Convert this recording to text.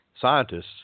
scientists